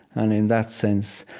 and in that sense,